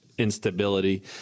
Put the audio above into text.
Instability